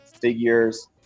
figures